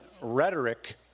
rhetoric